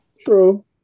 True